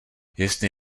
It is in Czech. jestli